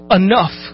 enough